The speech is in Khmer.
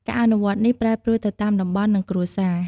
ការអនុវត្តនេះប្រែប្រួលទៅតាមតំបន់ និងគ្រួសារ។